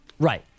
Right